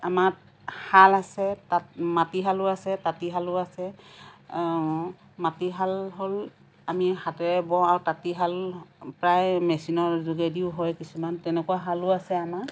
আমাৰ শাল আছে তাঁত মাটি শালো আছে তাঁতিশালো আছে মাটি শাল হ'ল আমি হাতেৰে বওঁ আৰু তাঁতিশাল প্ৰায় মেচিনৰ যোগেদিও হয় কিছুমান তেনেকুৱা শালো আছে আমাৰ